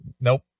Nope